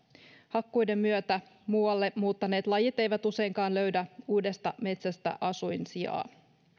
hakkuiden myötä muualle muuttaneet lajit eivät useinkaan löydä uudesta metsästä asuinsijaa